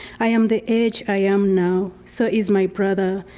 i am the age i am now, so is my brother,